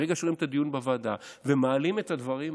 מרגע שרואים את הדיון בוועדה ומעלים את הדברים האלה,